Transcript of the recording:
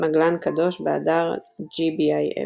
מגלן קדוש, באתר GBIF